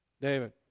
David